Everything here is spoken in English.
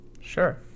Sure